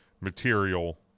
material